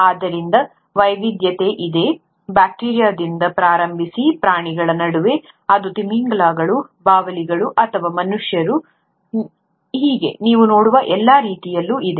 ಆದ್ದರಿಂದ ವೈವಿಧ್ಯತೆ ಇದೆ ಬ್ಯಾಕ್ಟೀರಿಯಾದಿಂದ ಪ್ರಾರಂಭಿಸಿ ಪ್ರಾಣಿಗಳ ನಡುವೆ ಅದು ತಿಮಿಂಗಿಲಗಳು ಬಾವಲಿಗಳು ಅಥವಾ ಮನುಷ್ಯರು ನೀವು ನೋಡುವ ಎಲ್ಲಾ ರೀತಿಯಲ್ಲಿ ಇದೆ